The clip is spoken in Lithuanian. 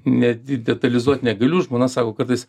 net detalizuot negaliu žmona sako kartais